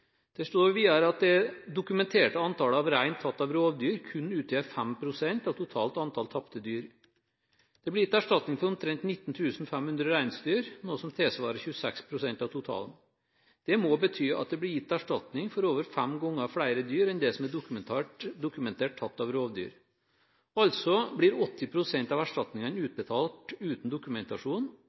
Det står videre at det dokumenterte antallet rein tatt av rovdyr kun utgjør 5 pst. av det totale antallet tapte dyr. Det blir gitt erstatning for omtrent 19 500 reinsdyr, noe som tilsvarer 26 pst. av totalen. Det må bety at det blir gitt erstatning for over fem ganger flere dyr enn det som er dokumentert tatt av rovdyr. Altså blir 80 pst. av erstatningene utbetalt uten